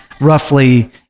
Roughly